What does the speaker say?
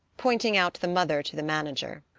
pointing out the mother to the manager.